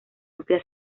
amplia